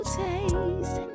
taste